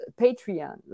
Patreon